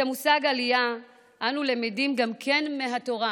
את המושג "עלייה" אנו למדים גם מהתורה.